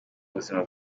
buzima